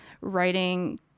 writing